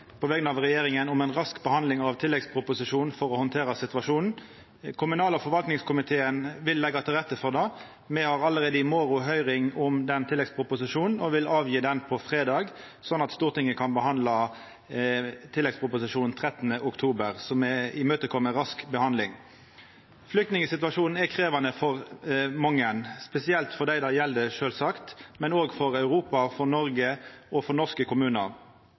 på vegner av regjeringa om ei rask behandling av tilleggsproposisjonen for å handtera situasjonen. Kommunal- og forvaltningskomiteen vil leggja til rette for det. Me har allereie i morgon høyring om den tilleggsproposisjonen, og innstillinga om han kjem på fredag, sånn at Stortinget kan behandla tilleggsproposisjonen den 13. oktober. Så me kjem i møte ønsket om rask behandling. Flyktningsituasjonen er krevjande for mange, spesielt for dei det gjeld, sjølvsagt, men òg for Europa, Noreg og norske kommunar.